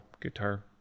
guitar